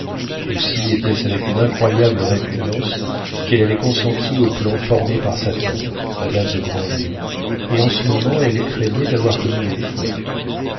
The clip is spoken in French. aussi était-ce avec une incroyable répugnance qu'elle avait consenti au plan formé par sa tante madame de grandlieu et en ce moment elle craignait d'avoir commis une faute